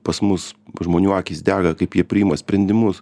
pas mus žmonių akys dega kaip jie priima sprendimus